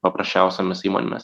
paprasčiausiomis įmonėmis